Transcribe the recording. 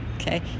Okay